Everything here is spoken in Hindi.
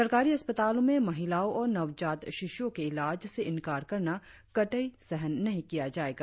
सरकारी अस्पतालों में महिलाओं और नवजात शिशुओं के इलाज से इंकार करना कतई सहन नहीं किया जाएगा